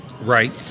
right